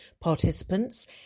participants